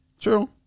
True